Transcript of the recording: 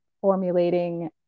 formulating